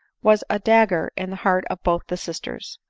was a dagger in the heart of both the sisters.